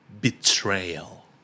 Betrayal